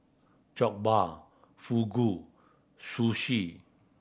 Jokbal Fugu Sushi